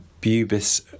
Bubis